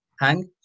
hang